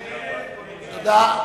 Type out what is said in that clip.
תודה.